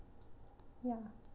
ya